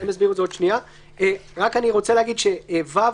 סעיף קטן (ו)